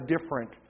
different